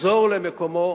לחזור למקומו,